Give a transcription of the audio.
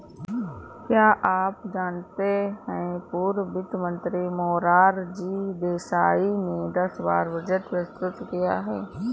क्या आप जानते है पूर्व वित्त मंत्री मोरारजी देसाई ने दस बार बजट प्रस्तुत किया है?